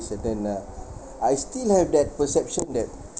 lah] I still have that perception that